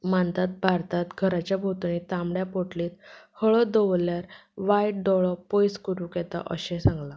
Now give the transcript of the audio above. मानतात घराच्या भोवतणेक तांबड्या पोटलेंत हळद दवरल्यार वायट दोळो पयस करूंक येता अशें सांगला